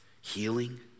healing